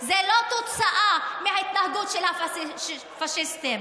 זו לא תוצאה מההתנהגות של הפאשיסטים,